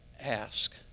ask